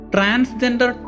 Transgender